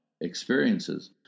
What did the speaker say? experiences